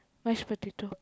mash potato